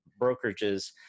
brokerages